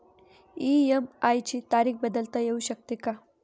EMI ची तारीख बदलता येऊ शकते का?